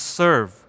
serve